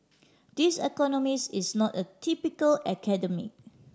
this economist is not a typical academic